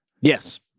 Yes